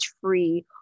free